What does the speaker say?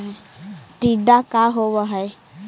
टीडा का होव हैं?